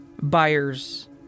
buyers